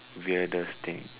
weirdest thing